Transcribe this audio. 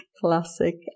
Classic